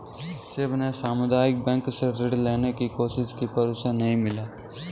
शिव ने सामुदायिक बैंक से ऋण लेने की कोशिश की पर उसे नही मिला